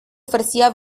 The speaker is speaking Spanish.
ofrecía